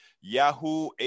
Yahoo